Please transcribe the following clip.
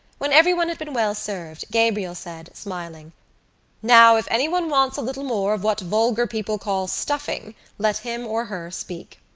when everyone had been well served gabriel said, smiling now, if anyone wants a little more of what vulgar people call stuffing let him or her speak.